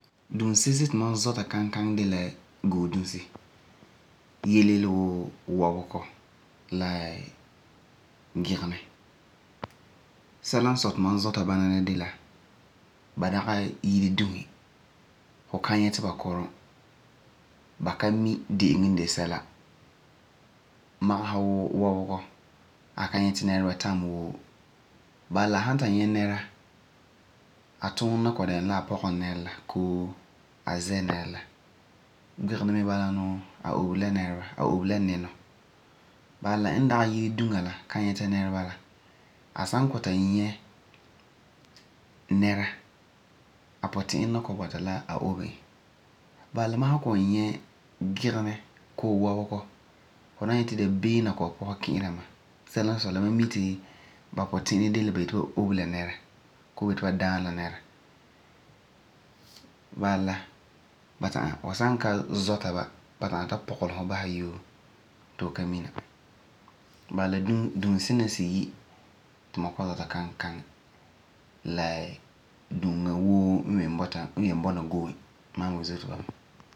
Dunsesi ti mam zɔta kankaŋi de la goo dusi, yelebyele wuu, wɔbegɔ la gigenɛ. Sɛla n sɔi ti ma bana la de la ba dagi yire dusi. Fu nye ba kurum. Babka mi dɛ'ɛŋo n de sɛla. Magesesɛ wuu wɔbegɔ, a san kɔ'ɔm ta nyɛ nɛra a puti'irɛ ni dɛna la a obe nɛra la. Bala la mam san ni nyɛ wɔbegɔ bii gigenɛ, fu wan nyɛ ti dabeem ni kɔ'ɔm ki'ira mam. Sɛla n sɔi la, la mam puti'irɛ ni dɛla ba san nyɛ ba wan obe a daana mɛ. Bala la dunsina siyi ti mam zɔta kankaŋi la dusi woo nnyen bɔna goom.